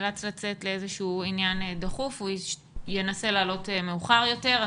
נאלץ לצאת לאיזשהו עניין דחוף והוא ינסה לעלות מאוחר יותר.